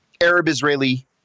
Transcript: Arab-Israeli